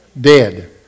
Dead